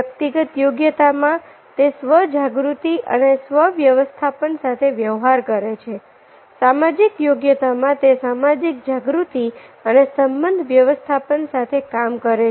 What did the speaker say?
વ્યક્તિગત યોગ્યતામાં તે સ્વ જાગૃતિ અને સ્વ વ્યવસ્થાપન સાથે વ્યવહાર કરે છે સામાજિક યોગ્યતામાં તે સામાજિક જાગૃતિ અને સંબંધ વ્યવસ્થાપન સાથે કામ કરે છે